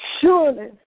surely